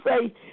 say